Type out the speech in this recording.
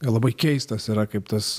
labai keistas yra kaip tas